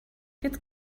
jetzt